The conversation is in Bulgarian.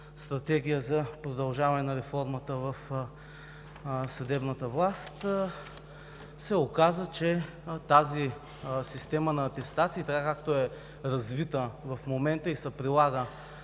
стратегия за удължаване на реформата в съдебната власт, се оказа, че тази система на атестации, както е развита в момента и се прилага